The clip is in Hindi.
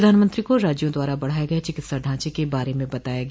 प्रधानमंत्री को राज्यों द्वारा बढाए गए चिकित्सा ढांचे के बारे में बताया गया